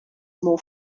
more